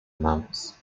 months